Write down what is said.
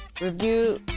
Review